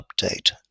update